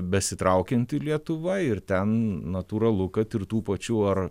besitraukianti lietuva ir ten natūralu kad ir tų pačių ar